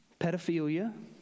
Pedophilia